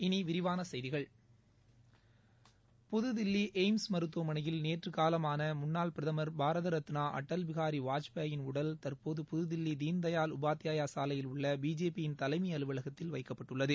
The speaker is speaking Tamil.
இனி விரிவான செய்திகள் புதுதில்லி எய்ம்ஸ் மருத்துவமனையில்நேற்று காலமான முன்னாள் பிரதமர் பாரத ரத்னா அடல் பிகாரி வாஜ்பாயின் உடல் தற்போது புதுதில்வி தீன்தயாள் உபாத்தியாயா சாலையில் உள்ள பிஜேபி யின் தலைமை அலுவலகத்தில் வைக்கப்பட்டுள்ளது